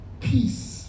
peace